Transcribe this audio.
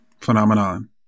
phenomenon